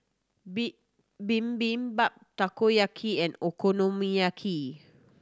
Bibimbap Takoyaki and Okonomiyaki